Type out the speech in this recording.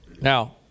Now